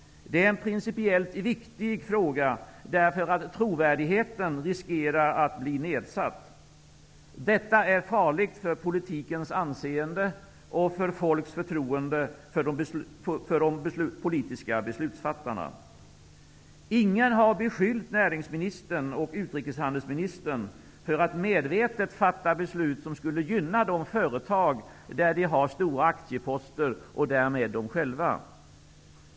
Det är en principiellt viktig fråga, därför att trovärdigheten riskerar att bli nedsatt. Detta är farligt för politikens anseende och för folks förtroende för de politiska beslutsfattarna. Ingen har beskyllt näringsministern och utrikeshandelsministern för att medvetet fatta beslut som skulle gynna de företag där de har stora aktieposter och därmed dem själva.